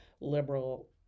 liberal